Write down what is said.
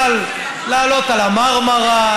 אבל לעלות על המרמרה,